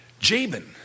Jabin